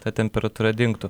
ta temperatūra dingtų